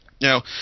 Now